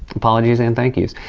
apologies and thank-yous.